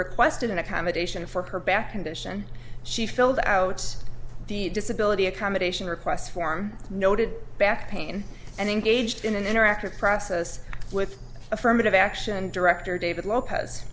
requested an accommodation for her back in addition she filled out the disability accommodation request form noted back pain and engaged in an interactive process with affirmative action director david lopez